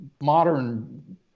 modern